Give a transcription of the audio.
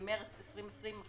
במרס 2020,